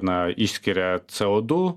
na išskiria co du